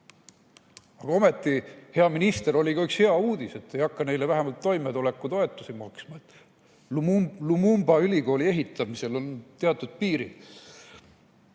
Aga ometi, hea minister, oli ka üks hea uudis, et ei hakata neile vähemalt toimetulekutoetusi maksma. Lumumba ülikooli ehitamisel on teatud piirid.